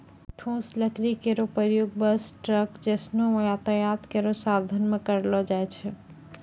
ठोस लकड़ी केरो प्रयोग बस, ट्रक जैसनो यातायात केरो साधन म करलो जाय छै